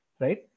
right